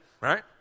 Right